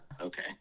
Okay